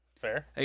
Fair